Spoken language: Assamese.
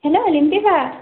হেল্ল' ৰিম্পী বা